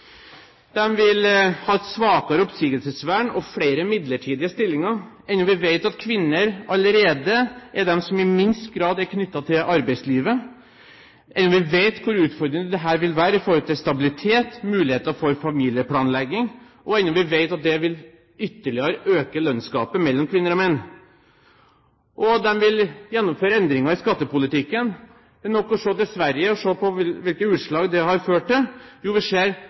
vil ha et svakere oppsigelsesvern og flere midlertidige stillinger, enda vi vet at kvinner allerede er de som i minst grad er knyttet til arbeidslivet, enda vi vet hvor utfordrende dette vil være med hensyn til stabilitet og muligheter for familieplanlegging, og enda vi vet at det ytterligere vil øke lønnsgapet mellom kvinner og menn. De vil gjennomføre endringer i skattepolitikken, men det er nok å se til Sverige og hvilke utslag det har ført til: Jo, vi ser